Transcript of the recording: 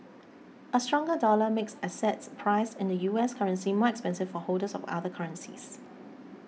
a stronger dollar makes assets priced in the U S currency much expensive for holders of other currencies